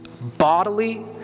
bodily